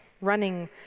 running